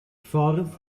ffordd